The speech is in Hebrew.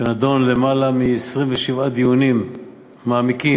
שנדון בלמעלה מ-27 דיונים מעמיקים